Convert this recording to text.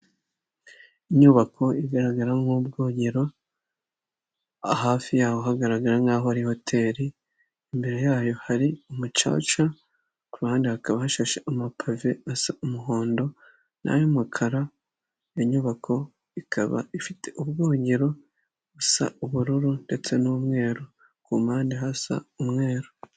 Inyubako igaragara nk'ubwogero, hafi yaho hagaragara nk'aho ari hoteri, imbere yayo hari umucaca, ku ruhande hakaba hashashe amapave asa umuhondo n'ay'umukara, inyubako ikaba ifite ubwogero, busa ubururu ndetse n'umweru, ku mpande hasa umweru.